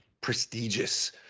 prestigious